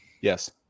Yes